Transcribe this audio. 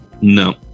No